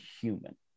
human